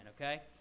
okay